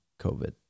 COVID